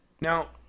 Now